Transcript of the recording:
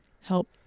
help